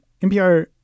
NPR